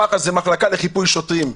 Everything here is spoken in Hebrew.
מח"ש זה מחלקה לחיפוי שוטרים.